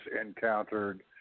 encountered